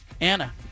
Anna